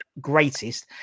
greatest